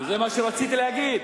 זה מה שרציתי להגיד.